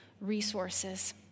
resources